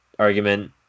Argument